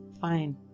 fine